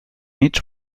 each